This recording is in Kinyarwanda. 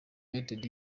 united